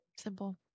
simple